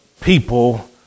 people